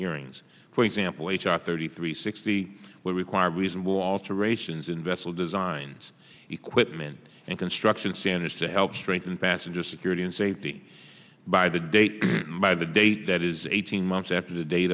hearings for example h r thirty three sixty will require reasonable alterations in vessel designs equipment and construction standards to help strengthen passenger security and safety by the date by the date that is eighteen months after the date